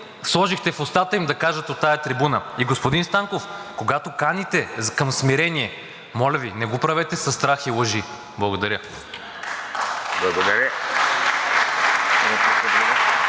сложихте в устата им да кажат от тази трибуна. И, господин Станков, когато каните към смирение, моля Ви, не го правете със страх и лъжи. Благодаря.